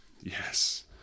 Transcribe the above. yes